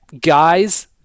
guys